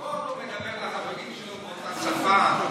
נראה אותו מדבר לחברים שלו באותה שפה.